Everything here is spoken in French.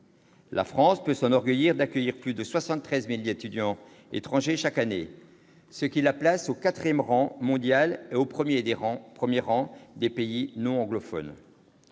La France peut s'enorgueillir d'accueillir plus de 73 000 étudiants étrangers chaque année, ce qui la place au quatrième rang mondial et au premier rang des pays non anglophones.